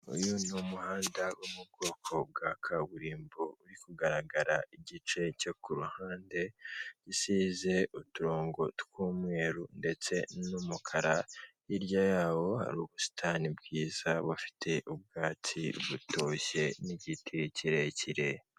Uyu ni umuhanda wo mu bwoko bwa kaburimbo, uri kugaragara igice cyo ku ruhande rusize uturongo tw'umweru ndetse n'umukara, hirya yawo hari ubusitani bwiza bufite ubwatsi butoshye n'igiti kirekire.